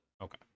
Okay